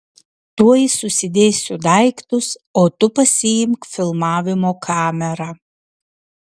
tuoj susidėsiu daiktus o tu pasiimk filmavimo kamerą